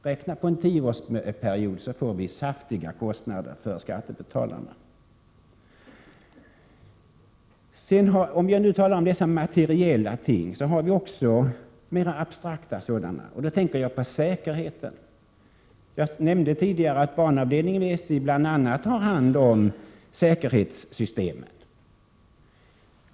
Räknat på en tioårsperiod blir det saftiga kostnader för skattebetalarna. Förutom dessa materiella ting finns det mera abstrakta sådana. Då tänker jag på säkerheten. Jag nämnde tidigare att banavdelningen i SJ bl.a. har hand om säkerhetssystemen.